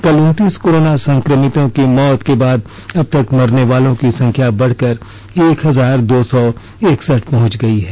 कल उनतीस कोरोना संक्रमितों की मौत के बाद अब तक मरने वालों की संख्या बढ़कर एक हजार दो सौ एकसठ पहुंच गई है